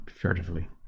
furtively